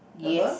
yes